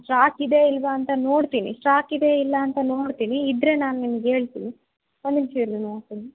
stock ಇದೆ ಇಲ್ಲವ ಅಂತ ನೋಡ್ತೀನಿ ಸ್ಟಾಕ್ ಇದೆ ಇಲ್ಲ ಅಂತ ನೋಡ್ತೀನಿ ಇದ್ದರೆ ನಾನು ನಿಮಗೆ ಹೇಳ್ತೀನಿ ಒನ್ ನಿಮಿಷ ಇರ್ರಿ ನೋಡ್ತೀನಿ